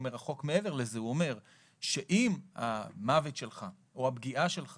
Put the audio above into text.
הוא אומר שאם המוות שלך או הפגיעה שלך